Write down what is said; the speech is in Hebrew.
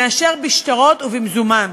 מאשר בשטרות או במזומן,